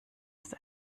ist